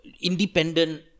independent